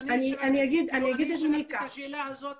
שואל את השאלה הזאת